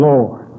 Lord